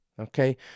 Okay